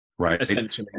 Right